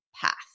path